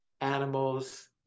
animals